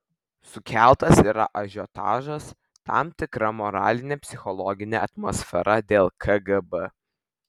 sukeltas yra ažiotažas tam tikra moralinė psichologinė atmosfera dėl kgb